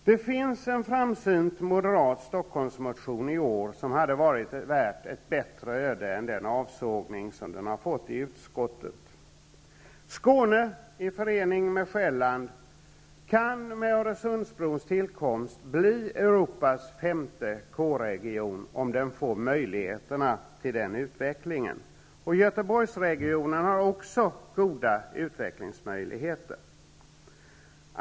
Det finns en framsynt moderat Stockholmsmotion i år som hade varit värd ett bättre öde än den avsågning som den har fått i utskottet. region, om den får möjligheter till den utvecklingen. Göteborgsregionen har också goda utvecklingsmöjligheter.